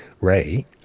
Ray